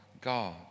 God